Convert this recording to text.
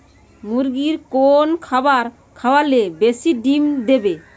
মুরগির কোন খাবার খাওয়ালে বেশি ডিম দেবে?